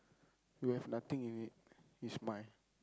you have nothing in it it's mine